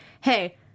hey